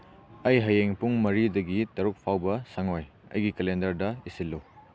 ꯑꯩ ꯍꯌꯦꯡ ꯄꯨꯡ ꯃꯔꯤꯗꯒꯤ ꯇꯔꯨꯛ ꯐꯥꯎꯕ ꯁꯪꯉꯣꯏ ꯑꯩꯒꯤ ꯀꯦꯂꯦꯟꯗꯔꯗ ꯏꯁꯤꯜꯂꯨ